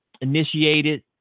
initiated